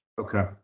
Okay